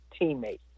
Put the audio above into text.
teammate